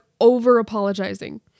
over-apologizing